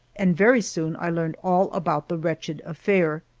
and very soon i learned all about the wretched affair.